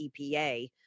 EPA